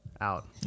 out